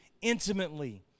intimately